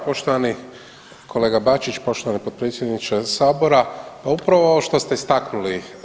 Poštovani kolega Bačić, poštovani potpredsjedniče sabora pa upravo ovo što ste istaknuli.